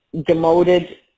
demoted